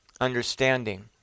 understanding